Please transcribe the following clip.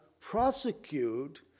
prosecute